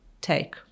take